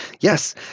Yes